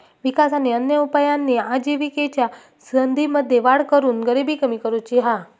विकास आणि अन्य उपायांनी आजिविकेच्या संधींमध्ये वाढ करून गरिबी कमी करुची हा